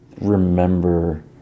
remember